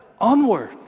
onward